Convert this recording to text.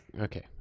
Okay